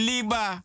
Liba